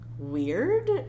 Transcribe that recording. Weird